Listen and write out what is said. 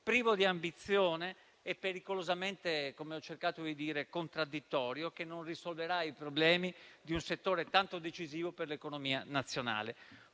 cercato di dire - pericolosamente contraddittorio, che non risolverà i problemi di un settore tanto decisivo per l'economia nazionale.